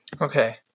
Okay